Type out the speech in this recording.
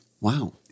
Wow